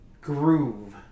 groove